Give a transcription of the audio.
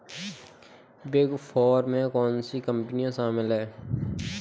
Big four में कौन सी कंपनियाँ शामिल हैं?